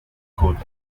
code